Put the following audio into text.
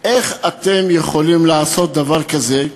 איך אתם יכולים לעשות דבר כזה?